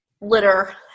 litter